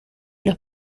los